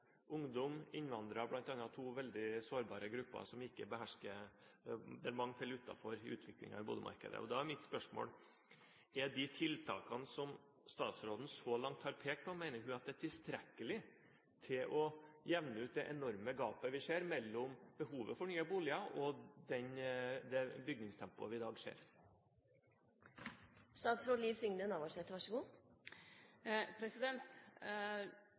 Ungdom og innvandrere, bl.a., er to veldig sårbare grupper der mange faller utenfor i utviklingen i boligmarkedet. Da er mitt spørsmål: Mener statsråden at de tiltakene som hun så langt har pekt på, er tilstrekkelige for å jevne ut det enorme gapet vi ser mellom behovet for nye boliger og byggetempoet i dag? Det me har sett så